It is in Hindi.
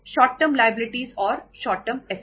शॉर्ट टर्म लायबिलिटीज और शॉर्ट टर्म असेट्स